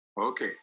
Okay